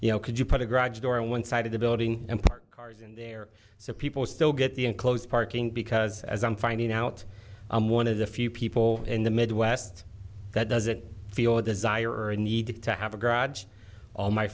you know could you put a garage door on one side of the building and park cars in there so people still get the enclosed parking because as i'm finding out i'm one of the few people in the midwest that doesn't feel the desire or need to have a garage all my